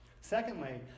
Secondly